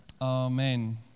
Amen